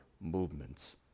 movements